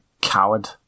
coward